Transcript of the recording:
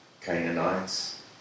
Canaanites